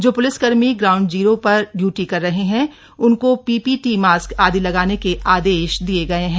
जो प्लिसकर्मी ground zero पर इयूटी कर रहे हैं उनको पीपीटी मास्क आदि लगाने के आदेश दिये गए हैं